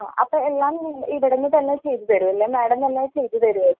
ആ അപ്പോൾ എല്ലാം ഇവിടെ നിന്നുതന്നെ ചെയ്തു തരുമല്ലേ മാഡം നന്നായി ചെയ്തു തരുമോ